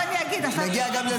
אני בעדכם.